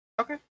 Okay